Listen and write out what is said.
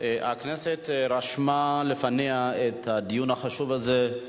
הכנסת רשמה לפניה את הדיון החשוב הזה,